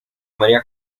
maría